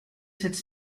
cette